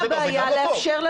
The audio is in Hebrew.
זה גם לא טוב?